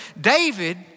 David